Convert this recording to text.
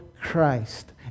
Christ